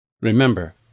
remember